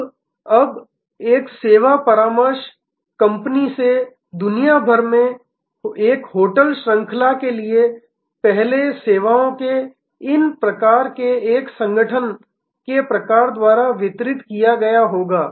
अब अब एक सेवा परामर्श कंपनी से दुनिया भर में एक होटल श्रृंखला के लिए पहले सेवाओं के इन प्रकार के एक संगठन के प्रकार द्वारा वितरित किया गया होगा